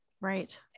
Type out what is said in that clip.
right